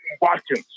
Watkins